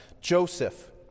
Joseph